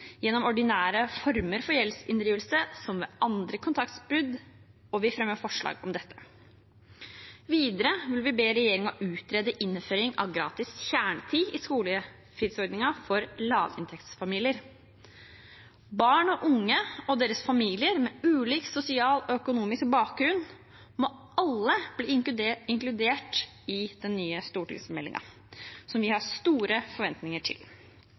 gjennom ordinære former for gjeldsinndrivelse, som ved andre kontraktsbrudd, og vi fremmer forslag om dette. Videre vil vi be regjeringen utrede innføring av gratis kjernetid i skolefritidsordningen for lavinntektsfamilier. Barn og unge – og deres familier, med ulik sosial og økonomisk bakgrunn – må alle bli inkludert i den nye stortingsmeldingen, som vi har store forventninger til.